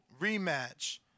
rematch